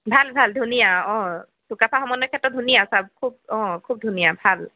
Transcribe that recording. ভাল ভাল ধুনীয়া অ' চুকাফা সমন্বয় ক্ষেত্ৰ ধুনীয়া খুব ধুনীয়া ভাল